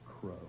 Crow